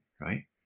right